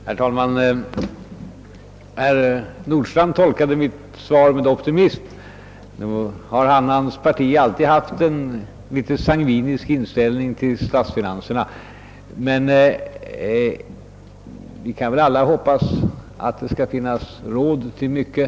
Herr talman! Herr Nordstrandh tolkade mitt svar med optimism. Herr Nordstrandh och hans parti har alltid haft en mycket sangvinisk inställning till statsfinanserna. Alla hoppas vi att vi skall ha råd till mycket.